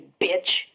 bitch